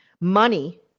Money